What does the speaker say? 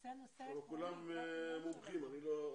נושא החמ"ל, אני אלך קצת יותר קיצוני.